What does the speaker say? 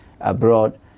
abroad